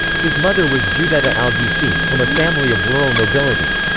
his mother was giudetta alghisi, from a family of rural nobility.